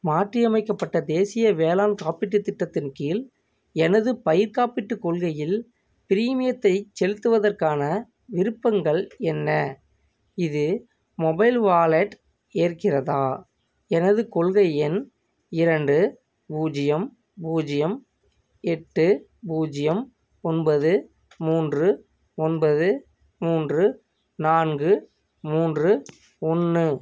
மாற்றியமைக்கப்பட்ட தேசிய வேளாண் காப்பீட்டுத் திட்டத்தின் கீழ் எனது பயிர்க் காப்பீட்டுக் கொள்கையில் பிரீமியத்தைச் செலுத்துவதற்கான விருப்பங்கள் என்ன இது மொபைல் வாலெட் ஏற்கிறதா எனது கொள்கை எண் இரண்டு பூஜ்ஜியம் பூஜ்ஜியம் எட்டு பூஜ்ஜியம் ஒன்பது மூன்று ஒன்பது மூன்று நான்கு மூன்று ஒன்று